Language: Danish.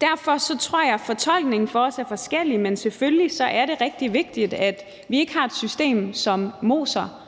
Derfor tror jeg, at fortolkningen for os er forskellig, men selvfølgelig er det rigtig vigtigt, at vi ikke har et system, som moser